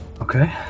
Okay